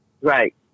Right